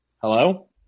Hello